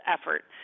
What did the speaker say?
effort